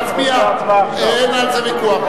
אין על זה ויכוח.